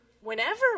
whenever